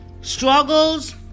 struggles